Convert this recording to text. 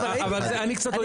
אני קצת אויב פה.